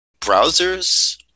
browsers